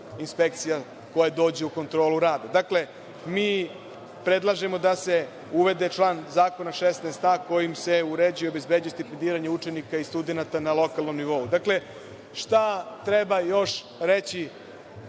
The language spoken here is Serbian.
inspekcija koje dođu u kontrolu rada. Mi predlažemo da se uvede član zakon 16a, kojim se uređuje i obezbeđuje stipendiranje učenika i studenata na lokalnom nivou. Dakle, šta treba još reći